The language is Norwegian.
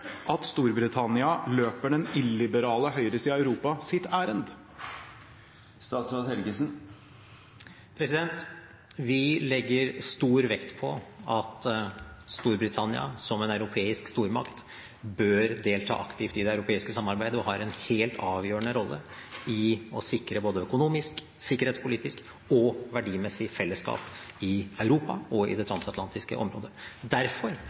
at Storbritannia løper den illiberale høyresiden i Europas ærend? Vi legger stor vekt på at Storbritannia, som en europeisk stormakt, bør delta aktivt i det europeiske samarbeidet, og har en helt avgjørende rolle i å sikre både økonomisk, sikkerhetspolitisk og verdimessig fellesskap i Europa og i det transatlantiske området. Derfor